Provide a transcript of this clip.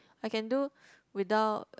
I can do without